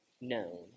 known